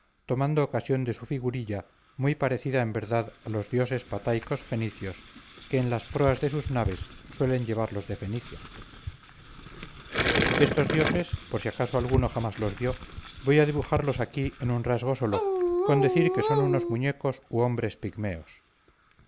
tomando ocasión de su figurilla muy parecida en verdad a los dioses pataicos fenicios que en las proas de sus naves suelen llevar los de fenicia estos dioses por si acaso alguno jamás los vio voy a dibujarlos aquí en un rasgo sólo con decir que son unos muñecos u hombres pigmeos